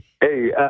Hey